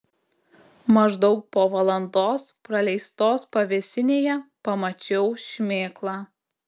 maždaug po valandos praleistos pavėsinėje pamačiau šmėklą